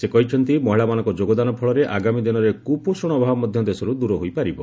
ସେ କହିଛନ୍ତି ମହିଳାମାନଙ୍କ ଯୋଗଦାନ ଫଳରେ ଆଗାମୀ ଦିନରେ କୁପୋଷଣ ଅଭାବ ମଧ୍ୟ ଦେଶରୁ ଦୂର ହୋଇପାରିବ